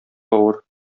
авыр